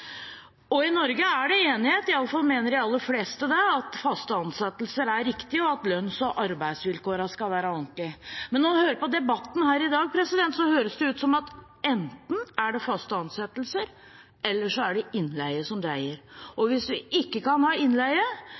I Norge er det enighet om – i alle fall mener de aller fleste det – at faste ansettelser er riktig, og at lønns- og arbeidsvilkårene skal være ordentlige. Men når en hører på debatten her i dag, høres det ut som at det enten er faste ansettelser eller innleie som gjelder, og at hvis vi ikke kan ha innleie,